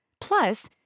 Plus